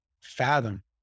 fathom